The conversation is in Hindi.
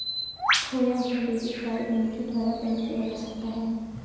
खोया हुआ डेबिट कार्ड बैंक के द्वारा बंद किया जा सकता है